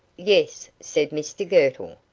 yes, said mr girtle.